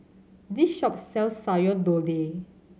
this shop sells Sayur Lodeh